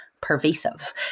pervasive